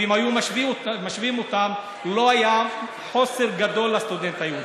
ואם היו משווים אותם לא היה חוסר גדול לסטודנט היהודי.